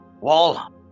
Wall